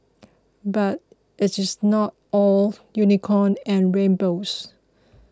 but it is not all unicorn and rainbows